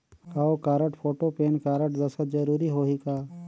हव card, photo, PAN card, दस्खत जरूरी होही का?